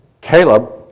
Caleb